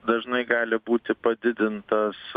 dažnai gali būti padidintas